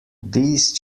these